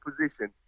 position